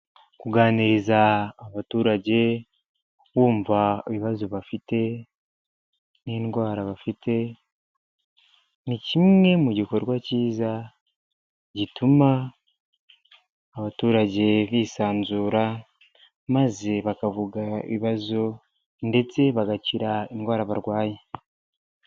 Kuganiriza abaturage, wumva ibibazo bafite n'indwara bafite, ni kimwe mu gikorwa cyiza gituma abaturage bisanzura maze bakavuga ibibazo ndetse bagakira indwara barwaye.